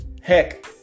Heck